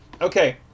Okay